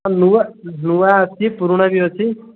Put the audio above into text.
ନୂଆଁ ନୂଆଁ ଅଛି ପୁରୁଣା ବି ଅଛି